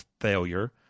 failure